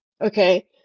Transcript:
Okay